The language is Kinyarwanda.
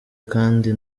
kandi